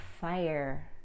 fire